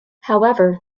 however